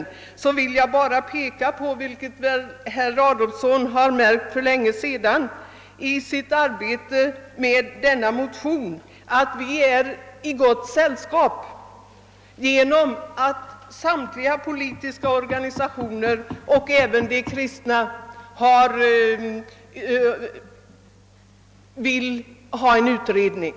Jag vill då påpeka att — vilket herr Fridolfsson väl har sig bekant från utskottsarbetet — vi är i gott sällskap; samtliga politiska organisationer, även de kyrkliga remissinstanserna vill ha en utredning.